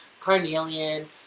carnelian